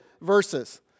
verses